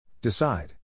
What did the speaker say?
Decide